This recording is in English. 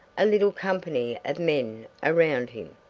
a little company of men around him.